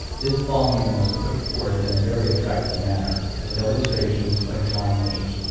this volume was put forth in a very attractive manner, with illustrations by john leech,